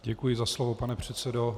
Děkuji za slovo, pane předsedo.